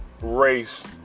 race